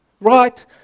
Right